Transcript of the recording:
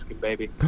baby